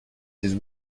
his